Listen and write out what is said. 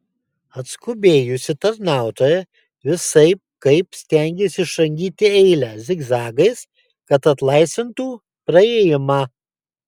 atskubėjusi tarnautoja visaip kaip stengėsi išrangyti eilę zigzagais kad atlaisvintų praėjimą